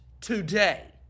today